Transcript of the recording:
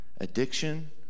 addiction